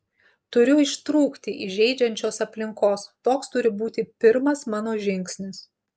turiu ištrūkti iš žeidžiančios aplinkos toks turi būti pirmas mano žingsnis